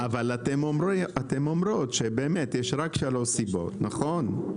אבל אתן אומרות שבאמת יש רק שלוש סיבות, נכון?